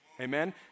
Amen